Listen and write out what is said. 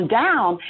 down